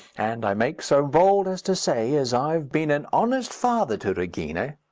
and i make so bold as to say as i've been an honest father to regina,